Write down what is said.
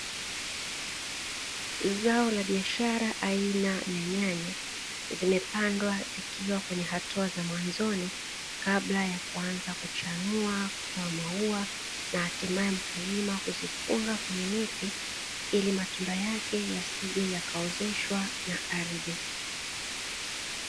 Zao la biashara aina ya nyanya, zimepandwa zikiwa kwenye hatua za mwanzoni kabla yakuanza kuchanua kutoa maua na hatimaye mkulima kuzifunga kwenye miti ili matunda yake yasije yakaozeshwa na ardhi.